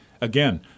Again